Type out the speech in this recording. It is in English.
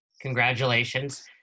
Congratulations